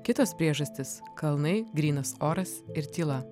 kitos priežastys kalnai grynas oras ir tyla